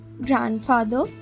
grandfather